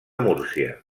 múrcia